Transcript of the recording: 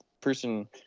person